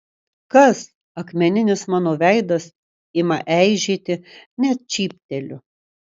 kas akmeninis mano veidas ima eižėti net šypteliu